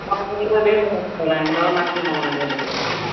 ஆ அதெலாம் நேர்ல பார்த்துப்போண்ணே இந்த வாரம் ஞாயித்துக் கிலம வாங்கண்ணே நேர்லப் பேசிப்போம் ம்